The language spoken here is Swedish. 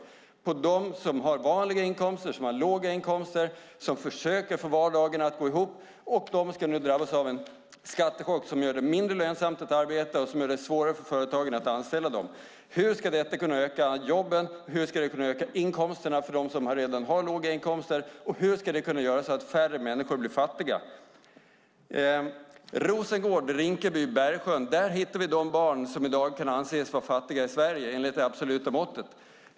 Det är en skattechock på dem som har vanliga, låga inkomster och som försöker få vardagen att gå ihop. De ska nu drabbas av en skattechock som gör det mindre lönsamt att arbeta och svårare för företagen att anställa dem. Hur ska detta kunna öka jobben, och hur ska det kunna öka inkomsterna för dem som redan har låga inkomster? Hur ska det kunna göra så att färre människor blir fattiga? Rosengård, Rinkeby och Bergsjön - här hittar vi de barn som enligt det absoluta måttet kan anses vara fattiga i Sverige i dag.